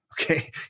Okay